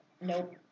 Nope